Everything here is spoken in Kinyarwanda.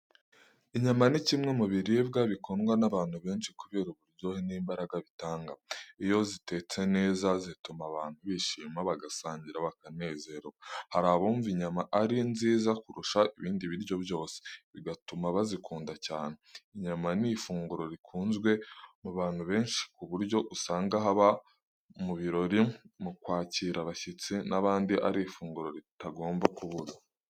Inyama ni kimwe mu biribwa bikundwa n’abantu benshi kubera uburyohe n’imbaraga bitanga. Iyo zitetse neza, zituma abantu bishima, bagasangira bakanezerwa. Hari abumva inyama ari nziza kurusha ibindi biryo byose, bigatuma bazikunda cyane. Inyama ni ifunguro rikunzwe mu bantu benshi, ku buryo usanga haba mu birori mu kwakira abashyitsi n’ahandi ari ifunguro ritagomba kubura.